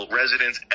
residents